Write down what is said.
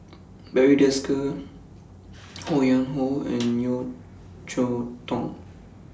Barry Desker Ho Yuen Hoe and Yeo Cheow Tong